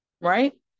right